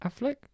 Affleck